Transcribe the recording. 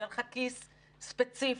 שיהיה לך כיס ספציפי,